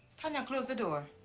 tanya, close the door.